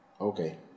Okay